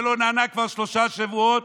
שלא נענה כבר שלושה שבועות,